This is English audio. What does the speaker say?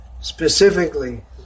specifically